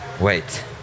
wait